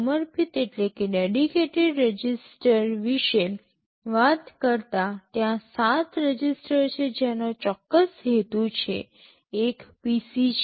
સમર્પિત રજિસ્ટર વિશે વાત કરતા ત્યાં ૭ રજિસ્ટર છે જેનો ચોક્કસ હેતુ છે એક PC છે